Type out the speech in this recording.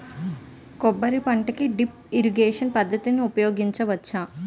కొబ్బరి పంట కి డ్రిప్ ఇరిగేషన్ పద్ధతి ఉపయగించవచ్చా?